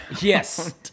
Yes